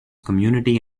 community